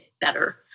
better